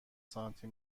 سانتی